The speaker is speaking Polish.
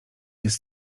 jest